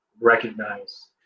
recognize